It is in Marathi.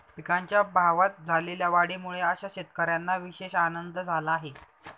पिकांच्या भावात झालेल्या वाढीमुळे अशा शेतकऱ्यांना विशेष आनंद झाला आहे